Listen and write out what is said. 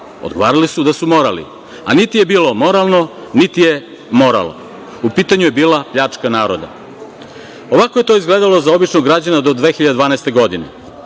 odgovarali su da su morali. Niti je bilo moralno, niti je moralo. U pitanju je bila pljačka naroda. Ovako je to izgledalo za običnog građanina do 2012. godine.